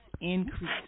increase